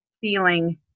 feeling